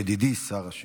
את ידידי שר הבינוי